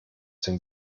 dem